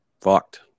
Fucked